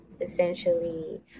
essentially